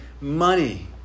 money